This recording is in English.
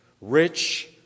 rich